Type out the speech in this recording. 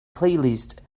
playlist